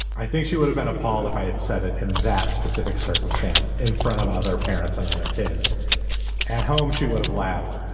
i think she would have been appalled if i had said it in that specific circumstance in front of other parents and other kids at home. she would have laughed.